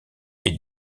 est